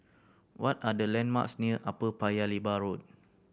what are the landmarks near Upper Paya Lebar Road